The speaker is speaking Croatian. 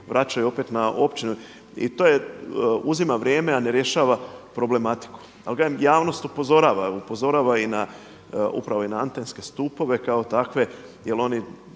vraćaju opet na općinu i to uzima vrijeme, a ne rješava problematiku. Ali kažem javnost upozorava, upozorava upravo i na antenske stupove kao takve jer oni